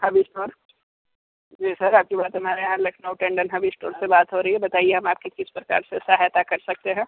hub store ji sir आपकी बात हमारे यहां लखनऊ टंडन हब स्टोर से बात हो रही है बताइए हम आपकी किस प्रकार से सहायता कर सकते हैं